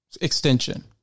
extension